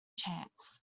chance